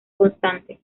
constante